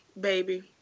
baby